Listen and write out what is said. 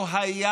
לא היה